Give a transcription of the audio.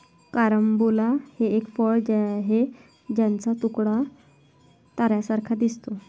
carambola हे एक फळ आहे ज्याचा तुकडा ताऱ्यांसारखा दिसतो